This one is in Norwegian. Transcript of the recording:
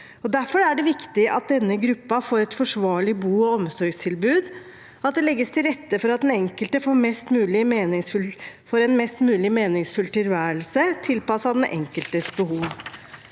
Derfor er det viktig at denne gruppen får et forsvarlig bo- og omsorgstilbud, og at det legges til rette for at den enkelte får en mest mulig meningsfull tilværelse, tilpasset den enkeltes behov.